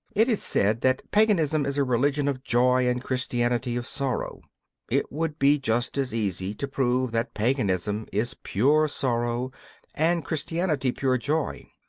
it is said that paganism is a religion of joy and christianity of sorrow it would be just as easy to prove that paganism is pure sorrow and christianity pure joy.